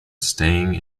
staying